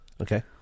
Okay